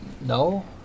no